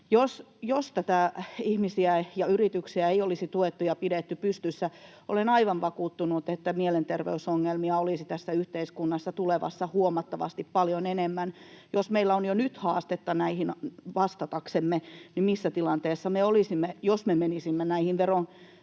Jos ihmisiä ja yrityksiä ei olisi tuettu ja pidetty pystyssä, niin olen aivan vakuuttunut, että mielenterveysongelmia olisi tulevassa yhteiskunnassa huomattavasti paljon enemmän. Jos meillä on jo nyt haastetta näihin vastataksemme, niin missä tilanteessa me olisimme, jos me menisimme näihin verokiilan